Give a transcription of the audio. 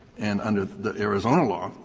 and under the arizona law,